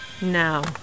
Now